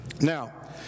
Now